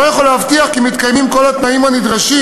לא יכול להבטיח כי מתקיימים כל התנאים הנדרשים